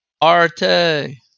Arte